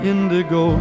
indigo